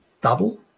double